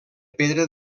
pedra